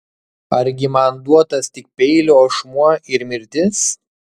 argi man duotas tik peilio ašmuo ir mirtis